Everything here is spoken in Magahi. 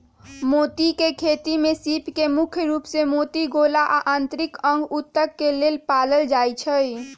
मोती के खेती में सीप के मुख्य रूप से मोती गोला आ आन्तरिक अंग उत्तक के लेल पालल जाई छई